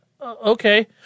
Okay